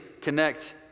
connect